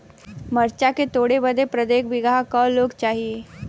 मरचा के तोड़ बदे प्रत्येक बिगहा क लोग चाहिए?